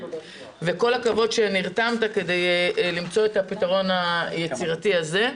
כל הכבוד שנרתמת כדי למצוא את הפתרון היצירתי הזה.